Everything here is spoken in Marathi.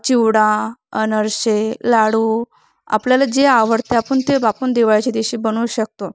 चिवडा अनारसे लाडू आपल्याला जे आवडते आपण ते आपण दिवाळीच्या दिवशी बनवू शकतो